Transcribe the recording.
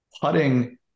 Putting